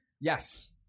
Yes